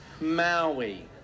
Maui